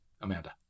Amanda